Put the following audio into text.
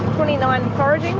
twenty nine foraging.